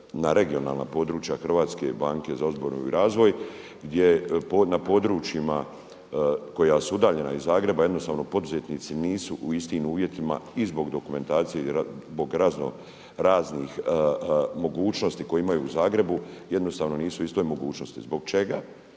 na regionalna područja HBOR-a gdje na područjima koja su udaljena iz Zagreba, jednostavno poduzetnici nisu u istim uvjetima i zbog dokumentacije i zbog raznih mogućnosti koje imaju u Zagrebu jednostavno nisu u istoj mogućnosti. Zbog čega